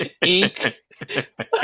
Ink